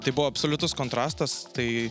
tai buvo absoliutus kontrastas tai